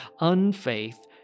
Unfaith